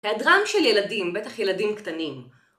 היעדרם של ילדים, בטח ילדים קטנים